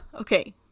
Okay